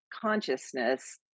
consciousness